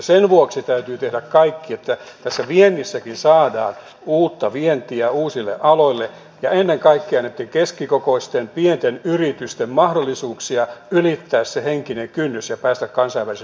sen vuoksi täytyy tehdä kaikki että tässä saadaan uutta vientiä uusille aloille ja ennen kaikkea näille keskikokoisille pienille yrityksille mahdollisuuksia ylittää se henkinen kynnys ja päästä kansainvälisille markkinoille